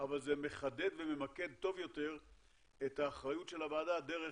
אבל זה מחדד וממקד טוב יותר את האחריות של הוועדה דרך